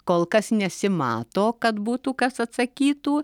kol kas nesimato kad būtų kas atsakytų